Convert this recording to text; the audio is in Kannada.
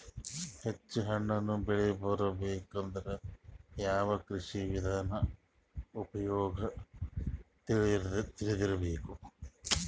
ಹೆಚ್ಚು ಹಣ್ಣನ್ನ ಬೆಳಿ ಬರಬೇಕು ಅಂದ್ರ ಯಾವ ಕೃಷಿ ವಿಧಾನ ಉಪಯೋಗ ತಿಳಿದಿರಬೇಕು?